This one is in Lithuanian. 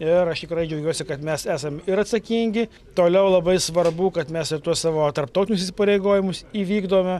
ir aš tikrai džiaugiuosi kad mes esam ir atsakingi toliau labai svarbu kad mes ir tuos savo tarptautinius įsipareigojimus įvykdome